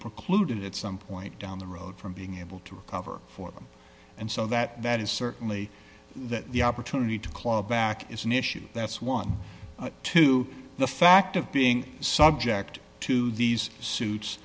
precluded at some point down the road from being able to recover for them and so that is certainly that the opportunity to claw back is an issue that's one to the fact of being subject to these suits